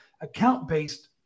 account-based